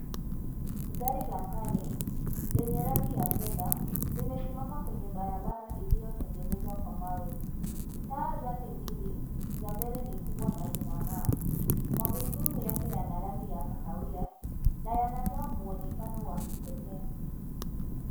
Gari la kale lenye rangi ya fedha limesimama kwenye barabara iliyotengenezwa kwa mawe. Taa zake mbili za mbele ni kubwa na zinang'aa. Magurudumu yake yana rangi ya kahawia, na yanatoa mwonekano wa kipekee.